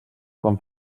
com